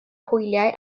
hwyliau